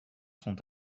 sont